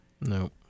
No